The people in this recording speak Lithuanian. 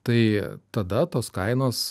tai tada tos kainos